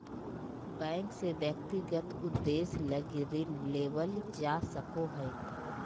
bank से व्यक्तिगत उद्देश्य लगी ऋण लेवल जा सको हइ